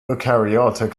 eukaryotic